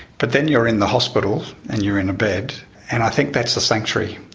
but then you're in the hospital and you're in a bed and i think that's a sanctuary.